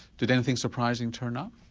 did anything surprising turn up?